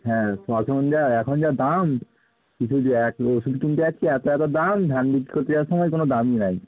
হ্যাঁ এখন যা দাম ওষুধ কিনতে যাচ্ছি এত এত দাম ধান বিক্রি করতে যাওয়ার সময় কোনো দামই নেই